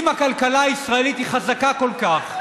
אם הכלכלה הישראלית היא חזקה כל כך,